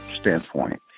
standpoint